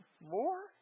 More